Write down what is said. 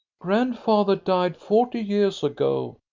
grandfather died forty years ago,